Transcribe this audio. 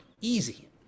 easy